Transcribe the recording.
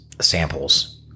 samples